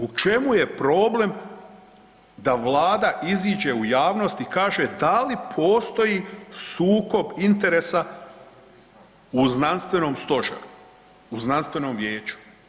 U čemu je problem da Vlada iziđe u javnost i kaže da li postoji sukob interesa u znanstvenom Stožeru, u Znanstvenom vijeću?